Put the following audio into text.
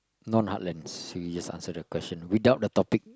non heartlands so you just answer the question without the topic